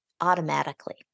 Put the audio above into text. automatically